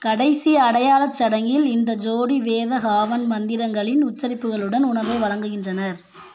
கடைசி அடையாளச் சடங்கில் இந்த ஜோடி வேத ஹாவன் மந்திரங்களின் உச்சரிப்புகளுடன் உணவை வழங்குகின்றனர்